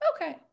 Okay